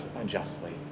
unjustly